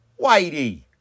Whitey